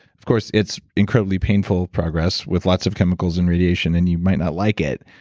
of course, it's incredibly painful progress, with lots of chemicals and radiation and you might not like it,